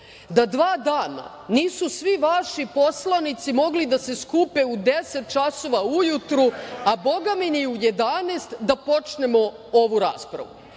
da dva dana nisu svi vaši poslanici mogli da se skupe u 10.00 časova ujutru, a bogami ni u 11.00 da počnemo ovu raspravu.